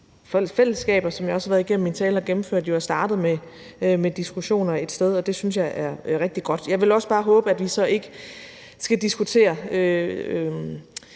fællesskaber, som jeg også har været igennem i min tale at vi har gennemført, og hvor vi startede med diskussioner et sted, og det synes jeg er rigtig godt. Jeg vil også bare håbe, at vi så ikke skal diskutere,